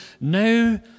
now